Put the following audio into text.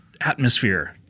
atmosphere